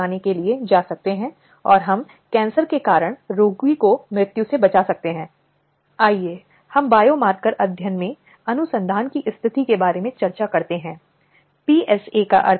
ऐसा करने से शीर्ष अदालत ने एक तरफ सुरक्षित और आरामदायक काम के माहौल को सुनिश्चित करने और दूसरी तरफ दुरुपयोग की स्थितियों को खत्म करने के लिए विस्तृत दिशानिर्देश दिए